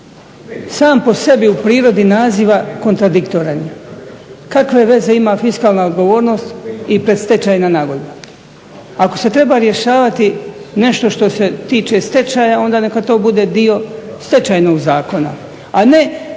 sam po sebi u prirodi naziva kontradiktoran je. Kakve veze ima fiskalna odgovornost i predstečajna nagodba? Ako se treba rješavati nešto što se tiče stečaja onda neka to bude dio stečajnog zakona, a ne